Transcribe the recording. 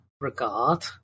regard